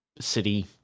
city